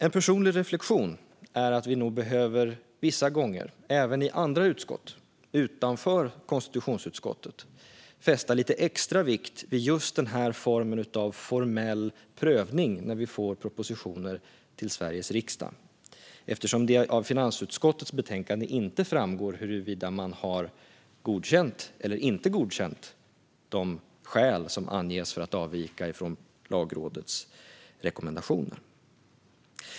En personlig reflektion är att vi nog vissa gånger, även i andra utskott utanför konstitutionsutskottet, behöver fästa lite extra vikt vid just den här formen av formell prövning när vi får propositioner till Sveriges riksdag, eftersom det av finansutskottets betänkande inte framgår huruvida man har godkänt eller inte godkänt de skäl som anges för att avvika från Lagrådets rekommendationer.